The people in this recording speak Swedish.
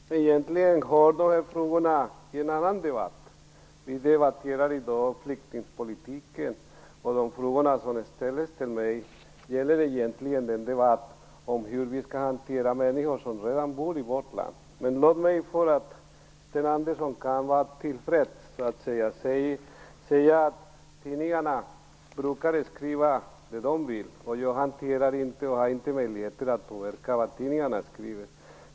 Herr talman! Egentligen hör dessa frågor hemma i en annan debatt. Vi debatterar i dag flyktingpolitiken. De frågor som ställdes till mig gäller hur vi skall hantera de människor som redan bor i vårt land. Men för att göra Sten Andersson till freds kan jag säga att tidningarna brukar skriva som de vill. Jag har ingen möjlighet att påverka vad tidningarna skriver.